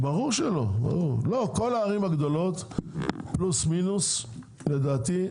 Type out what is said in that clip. ברור שלא, כל הערים הגדולות פלוס מינוס לדעתי,